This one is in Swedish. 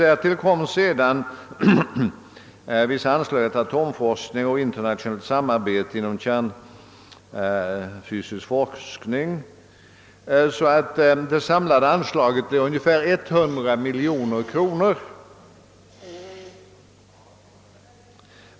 Härtill kom sedan vissa anslag till atomforskning och till internationellt samarbete inom kärnfysikforskningen, så att det sammanlagda anslaget blev ungefär 100 miljoner.